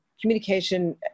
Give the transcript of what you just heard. communication